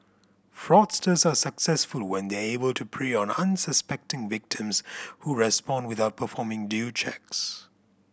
fraudsters are successful when they were able to prey on unsuspecting victims who respond without performing due checks